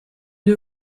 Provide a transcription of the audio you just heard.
une